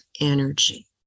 energy